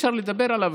אי-אפשר לדבר עליו,